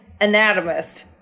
anatomist